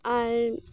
ᱟᱨ